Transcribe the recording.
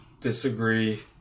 Disagree